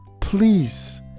Please